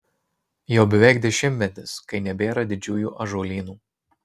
jau beveik dešimtmetis kai nebėra didžiųjų ąžuolynų